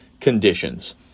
conditions